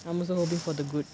I'm also hoping for the good